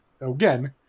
again